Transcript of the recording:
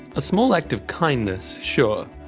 a small act of kindness, sure,